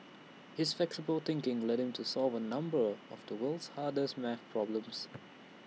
his flexible thinking led him to solve A number of the world's hardest math problems